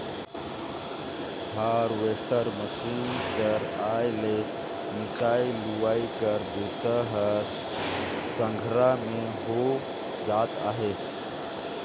harvester machine कर आए ले मिंसई, लुवई कर बूता ह संघरा में हो जात अहे